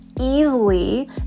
easily